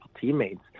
teammates